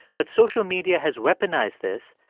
but social media has weaponized this,